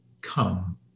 come